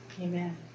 Amen